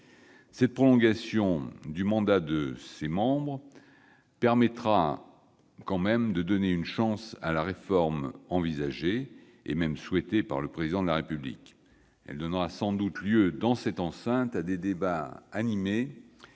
Cette prolongation du mandat de ses membres permettra quand même de donner une chance à la réforme envisagée, et même souhaitée, par le Président de la République. Elle donnera sans doute lieu dans cette enceinte à des débats animés, qui pourraient